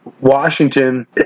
Washington